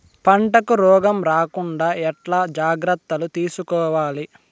పంటకు రోగం రాకుండా ఎట్లా జాగ్రత్తలు తీసుకోవాలి?